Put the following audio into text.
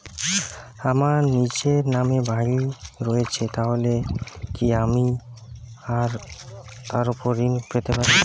আমার নিজের নামে বাড়ী রয়েছে তাহলে কি আমি তার ওপর ঋণ পেতে পারি?